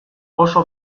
oso